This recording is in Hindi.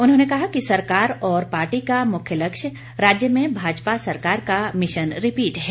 उन्होंने कहा कि सरकार और पार्टी का मुख्य लक्ष्य राज्य में भाजपा सरकार का मिशन रिपीट है